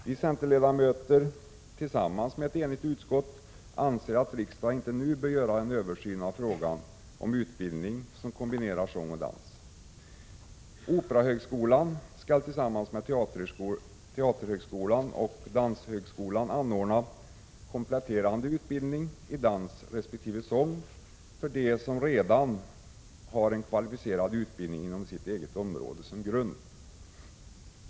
Vi centerledamöter tillsammans med ett enigt utskott anser att riksdagen inte nu bör göra en översyn av frågan om utbildning som kombinerar sång och dans. Operahögskolan skall tillsammans med teaterhögskolan och danshögskolan anordna kompletterande utbildning i dans resp. sång för dem som redan har en kvalificerad utbildning inom sitt eget område som grund.